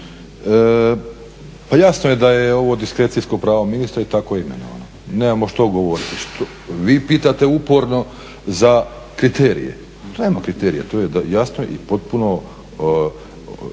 pa jasno je da je ovo diskrecijsko pravo ministra i tako … nemamo što govoriti. Vi pitate uporno za kriterije. Nema kriterija to je jasno i potpuno